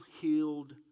healed